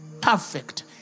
perfect